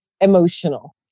emotional